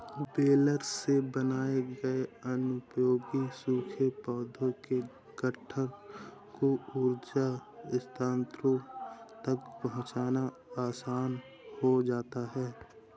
baler से बनाए गए अनुपयोगी सूखे पौधों के गट्ठर को ऊर्जा संयन्त्रों तक पहुँचाना आसान हो जाता है